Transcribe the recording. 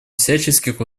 всяческих